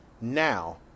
Now